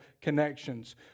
connections